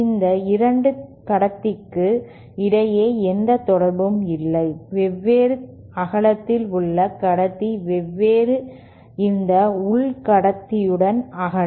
இந்த இரண்டு கடத்திக்கு இடையே எந்த தொடர்பும் இல்லை வெவ்வேறு அகலத்தின் உள் கடத்தி வெவ்வேறு இந்த உள் கடத்தியுடன் அகலம்